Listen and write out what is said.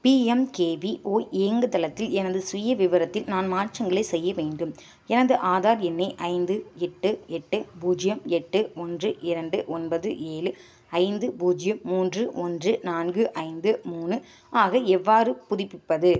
PMKVY இயங்குதளத்தில் எனது சுயவிவரத்தில் நான் மாற்றங்களை செய்ய வேண்டும் எனது ஆதார் எண்ணை ஐந்து எட்டு எட்டு பூஜ்ஜியம் எட்டு ஒன்று இரண்டு ஒன்பது ஏழு ஐந்து பூஜ்ஜியம் மூன்று ஒன்று நான்கு ஐந்து மூணு ஆக எவ்வாறு புதுப்பிப்பது